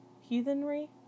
heathenry